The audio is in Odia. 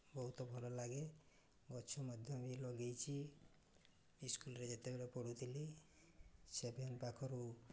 ବହୁତ ଭଲ ଲାଗେ ଗଛ ମଧ୍ୟ ବି ଲଗାଇଛି ସ୍କୁଲ୍ରେ ଯେତେବେଳେ ପଢ଼ୁଥିଲି ସେଭେନ୍ ପାଖରୁ